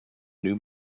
new